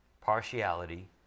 partiality